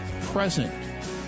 present